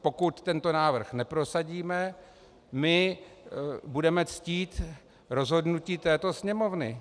Pokud tento návrh neprosadíme, budeme ctít rozhodnutí této Sněmovny.